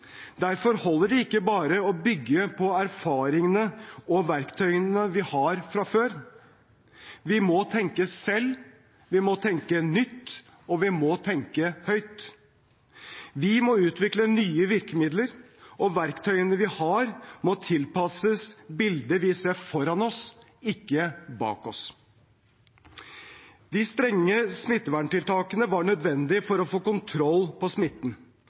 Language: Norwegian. Derfor holder det ikke bare å bygge på erfaringene og verktøyene vi har fra før. Vi må tenke selv, vi må tenke nytt, og vi må tenke høyt. Vi må utvikle nye virkemidler, og verktøyene vi har, må tilpasses bildet vi ser foran oss, ikke bak oss. De strenge smitteverntiltakene var nødvendige for å få kontroll på smitten,